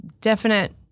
definite